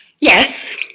Yes